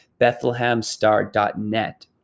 Bethlehemstar.net